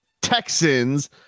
Texans